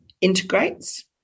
Integrates